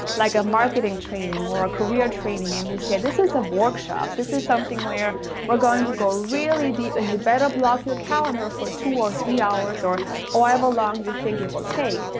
like a marketing training or a career training, and you say, this is a workshop. this is something where we're going to go really deep and you better block your calendar for two or three hours or however long you think it will take.